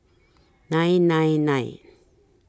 nine nine nine